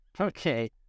Okay